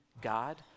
God